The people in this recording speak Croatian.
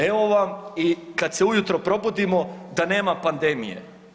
Evo vam i kad se u jutro probudimo da nema pandemije.